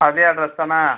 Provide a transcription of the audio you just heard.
அதே அட்ரெஸ் தானே